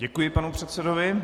Děkuji panu předsedovi.